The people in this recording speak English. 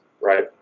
Right